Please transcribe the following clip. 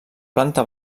planta